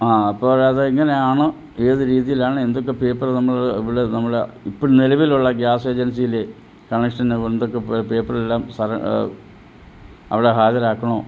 ആ അപ്പോൾ അത് എങ്ങനെയാണ് ഏത് രീതിയിലാണ് എന്തൊക്കെ പേപ്പറ് നമ്മൾ ഇവിടെ നമ്മൾ ആ ഇപ്പം നിലവിലുള്ള ഗ്യാസ് എജൻസിയിലെ കണക്ഷന് എന്തൊക്കെ പേപ്പറെല്ലാം അവിടെ ഹാജരാക്കണോ